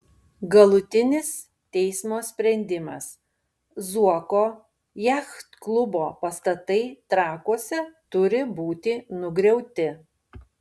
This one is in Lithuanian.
galutinis teismo sprendimas zuoko jachtklubo pastatai trakuose turi būti nugriauti